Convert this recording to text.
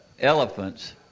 elephants